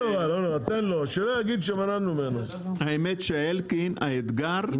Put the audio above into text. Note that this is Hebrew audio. אנו מציעים כאן שבסופו של דבר מי שיהיה רשאי לקבוע את התנאים זה